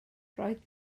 roedd